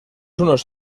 unos